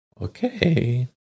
Okay